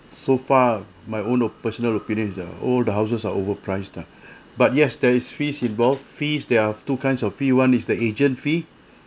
so far my own op~ personal opinion ah all the houses are overpriced ah but yes there is fees involved fees there are two kinds of fee one is the agent fee